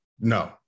No